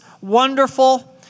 wonderful